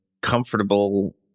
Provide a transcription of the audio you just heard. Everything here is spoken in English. comfortable